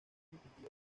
distintiva